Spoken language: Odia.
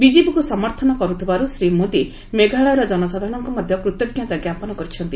ବିଜେପିକୁ ସମର୍ଥନ କରିଥିବାରୁ ଶ୍ରୀ ମୋଦି ମେଘାଳୟର ଜନସାଧାରଣଙ୍କୁ ମଧ୍ୟ କୃତ୍କତା କ୍ଷାପନ କରିଛନ୍ତି